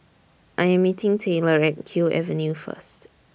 I Am meeting Tayler At Kew Avenue First